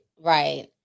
right